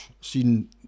seen